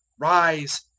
rise,